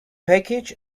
package